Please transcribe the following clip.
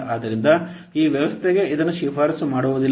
ಆದ್ದರಿಂದ ಈ ವ್ಯವಸ್ಥೆಗೆ ಇದನ್ನು ಶಿಫಾರಸು ಮಾಡುವುದಿಲ್ಲ